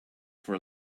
for